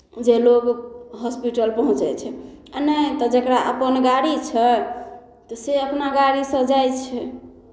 जे लोक हॉस्पिटल पहुँचै छै आ नहि तऽ जकरा अपन गाड़ी छै तऽ से अपना गाड़ीसँ जाइ छै